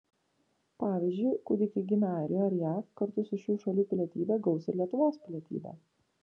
pavyzdžiui kūdikiai gimę airijoje ar jav kartu su šių šalių pilietybe gaus ir lietuvos pilietybę